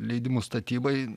leidimus statybai